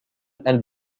and